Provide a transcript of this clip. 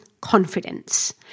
confidence